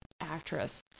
actress